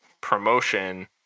promotion